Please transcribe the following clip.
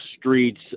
streets